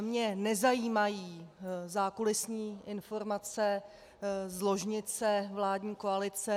Mě nezajímají zákulisní informace z ložnice vládní koalice.